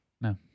no